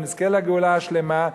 ונזכה לגאולה השלמה,